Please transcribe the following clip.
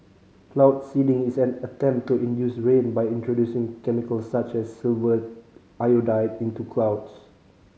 cloud seeding is an attempt to induce rain by introducing chemicals such as silver iodide into clouds